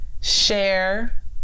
share